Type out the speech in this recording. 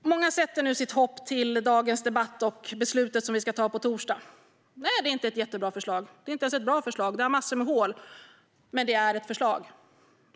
Många sätter nu sitt hopp till dagens debatt och det beslut som vi ska fatta på torsdag. Nej, det är inte ett jättebra förslag. Det är inte ens ett bra förslag. Det har massor med hål. Men det är ett förslag.